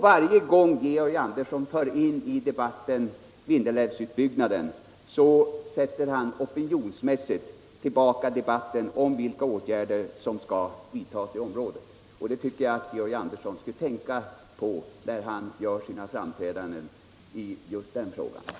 Varje gång Georg Andersson drar in Vindelälvsutbyggnaden i diskussionen för han opinionsmässigt tillbaka debatten om vilka åtgärder som skall vidtas i området. Det tycker jag att han skulle tänka på när han gör sina framträdanden i just den frågan.